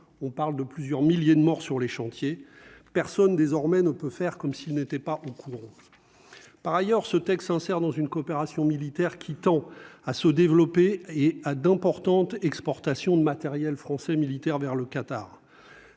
on parle de plusieurs milliers de morts sur les chantiers personne désormais ne peut faire comme s'il n'était pas au courant, par ailleurs, ce texte sincère dans une coopération militaire qui tend à se développer et à d'importantes exportations de matériels français militaire vers le Qatar,